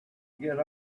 get